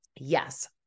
Yes